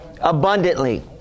abundantly